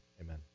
Amen